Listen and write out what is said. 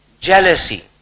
jealousy